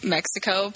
Mexico